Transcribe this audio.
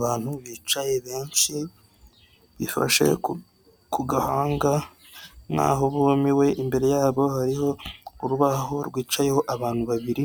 Abantu bicaye munsi bifashe ku gahanga nk'aho bumiwe imbere yabo hariho urubaho rwicayeho abantu babiri